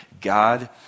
God